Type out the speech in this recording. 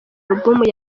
album